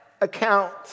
account